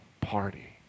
party